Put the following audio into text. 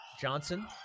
Johnson